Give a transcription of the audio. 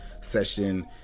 session